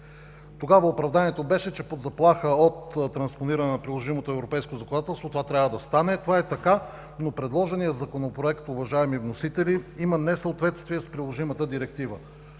Тогава оправданието беше, че под заплаха от транспониране на приложимото европейско законодателство това трябва да стане. Това е така, но предложеният Законопроект, уважаеми вносители, има несъответствие с приложимата директива.